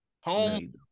Home